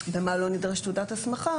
במה לא נדרשת תעודת הסמכה,